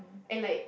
and like